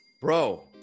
Bro